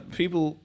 people